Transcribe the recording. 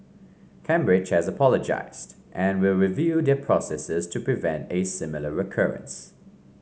Cambridge has apologised and will review their processes to prevent a similar recurrence